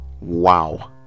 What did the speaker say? Wow